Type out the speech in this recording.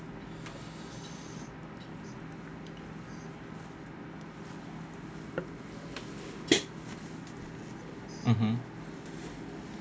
mmhmm